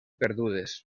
perdudes